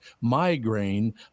migraine